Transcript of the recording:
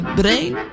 brain